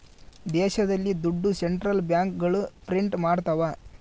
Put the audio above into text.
ದೇಶದಲ್ಲಿ ದುಡ್ಡು ಸೆಂಟ್ರಲ್ ಬ್ಯಾಂಕ್ಗಳು ಪ್ರಿಂಟ್ ಮಾಡ್ತವ